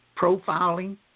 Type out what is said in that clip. profiling